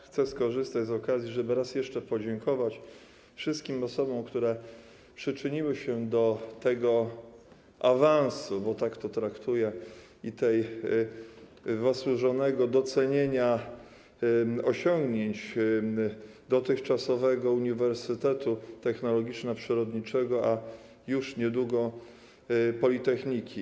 Chcę skorzystać z okazji, żeby raz jeszcze podziękować wszystkim osobom, które przyczyniły się do tego awansu, bo tak to traktuję, i tego zasłużonego docenienia osiągnięć dotychczasowego Uniwersytetu Technologiczno-Przyrodniczego, a już niedługo politechniki.